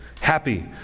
happy